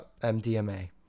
MDMA